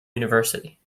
university